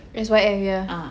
S_Y_F yeah